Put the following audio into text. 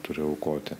turi aukoti